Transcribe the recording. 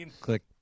click